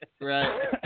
Right